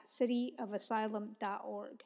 cityofasylum.org